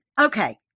Okay